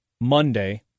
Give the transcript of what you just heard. Monday